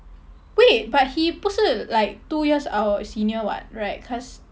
wait but he 不是 like two years our senior [what] right cause